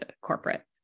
corporate